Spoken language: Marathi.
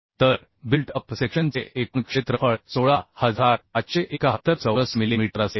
तर बिल्ट अप सेक्शनचे एकूण क्षेत्रफळ 16571 चौरस मिलीमीटर असेल